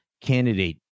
candidate